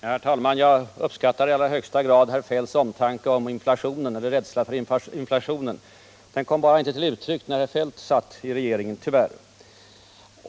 Herr talman! Jag uppskattar i högsta grad herr Feldts omtanke och hans rädsla för inflationen. Den kom bara inte till uttryck när herr Feldt satt i regeringen — tyvärr!